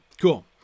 cool